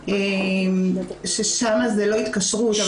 ששמה זו לא התקשרות.